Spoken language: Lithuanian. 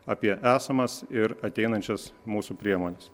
apie esamas ir ateinančias mūsų priemones